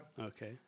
Okay